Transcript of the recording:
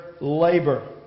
labor